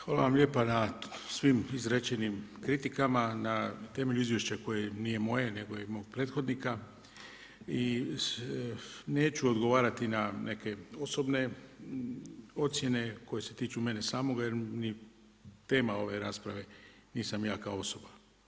Hvala vam lijepo na svim izrečenim kritikama, na temelju izvješća koje nije moje, nego je mog prethodnika i neću odgovarati na neke osobne ocjene koje se tiču mene samoga, jer nije ni tema ove rasprave, nisam ja kao osoba.